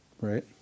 Right